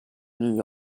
new